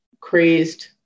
crazed